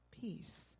peace